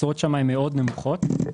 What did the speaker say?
התשואות שם נמוכות מאוד.